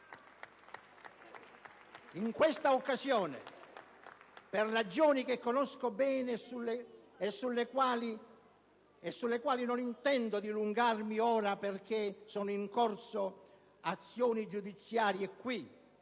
In questa occasione, per ragioni che conosco bene e sulle quali non intendo dilungarmi ora, perché sono in corso azioni giudiziarie nel